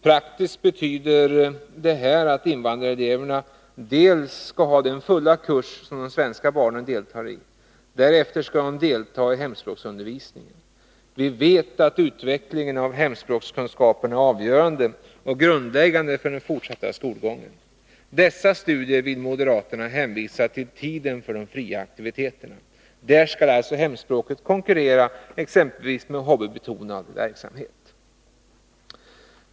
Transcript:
Praktiskt betyder det här att invandrareleverna skall ha den fulla kurs som de svenska barnen deltar i för att därefter delta i hemspråksundervisningen. Vi vet att utvecklingen av hemspråkskunskaperna är avgörande och grundläggande för den fortsatta skolgången. Dessa studier vill moderaterna hänskjuta till tiden för de fria aktiviteterna. Där skall alltså hemspråket konkurrera med t.ex. hobbybetonad verksamhet.